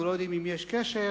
אנחנו לא יודעים אם יש קשר,